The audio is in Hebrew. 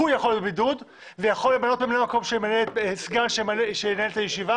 הוא יכול להיות בבידוד ויכול למנות ממלא מקום שינהל את הישיבה.